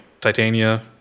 Titania